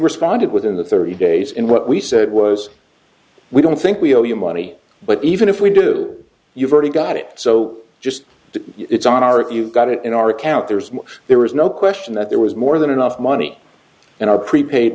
responded within the thirty days and what we said was we don't think we owe you money but even if we do you've already got it so just to it's on our if you've got it in our account there is more there is no question that there was more than enough money in our prepaid